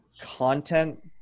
content